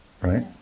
right